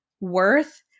worth